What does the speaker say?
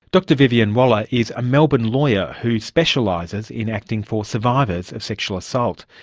dr vivian waller is a melbourne lawyer who specialises in acting for survivors of sexual assault.